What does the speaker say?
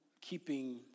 keeping